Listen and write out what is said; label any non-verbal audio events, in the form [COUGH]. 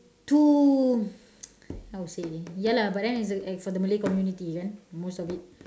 too [NOISE] how to say ya lah but then it's the the malay community ya most of it